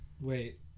Wait